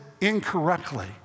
incorrectly